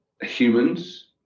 humans